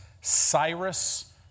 Cyrus